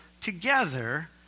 together